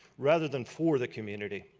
rather than for the community.